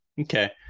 Okay